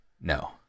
no